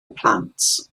plant